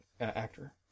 Actor